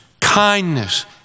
kindness